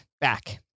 back